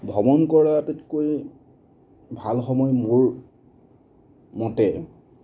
ভ্ৰমণ কৰা আটাইতকৈ ভাল সময় মোৰ মতে